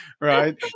right